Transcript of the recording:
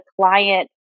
client